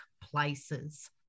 places